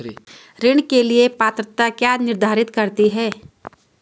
ऋण के लिए पात्रता क्या निर्धारित करती है?